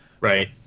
right